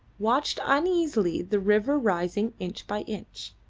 watched uneasily the river rising inch by inch,